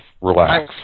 relax